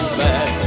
bad